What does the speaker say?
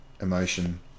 emotion